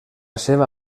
seva